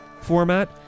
format